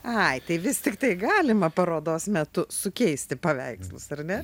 ai tai vis tiktai galima parodos metu sukeisti paveikslus ar ne